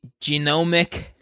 genomic